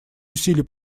усилий